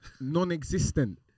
non-existent